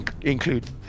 include